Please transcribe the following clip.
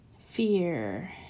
fear